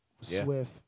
Swift